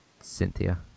Cynthia